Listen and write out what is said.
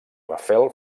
rafel